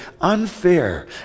unfair